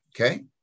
okay